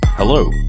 Hello